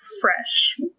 fresh